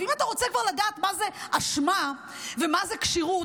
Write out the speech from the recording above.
ואם אתה רוצה כבר לדעת מהי אשמה ומה זו כשירות,